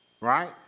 right